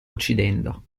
uccidendo